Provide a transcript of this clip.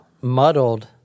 Muddled